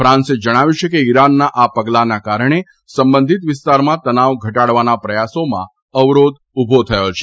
ફાન્સે જણાવ્યું છે કે ઇરાનના આ પગલાને કારણે સંબંધિત વિસ્તારમાં તનાવ ઘટાડવાના પ્રયાસોમાં અવરોધ ઉભો થયો છે